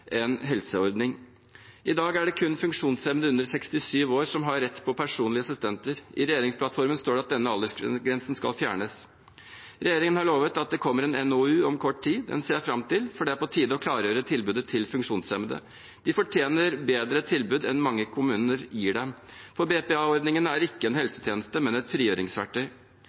helseordning. I dag er det kun funksjonshemmede under 67 år som har rett til personlige assistenter. I regjeringsplattformen står det at denne aldersgrensen skal fjernes. Regjeringen har lovet at det kommer en NOU om kort tid. Den ser jeg fram til, for det er på tide å klargjøre tilbudet til funksjonshemmede. De fortjener et bedre tilbud enn mange kommuner gir dem, for BPA-ordningen er ikke en helsetjeneste, men et frigjøringsverktøy.